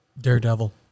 Daredevil